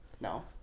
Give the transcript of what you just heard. No